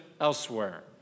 elsewhere